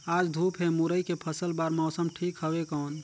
आज धूप हे मुरई के फसल बार मौसम ठीक हवय कौन?